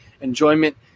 enjoyment